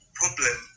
problem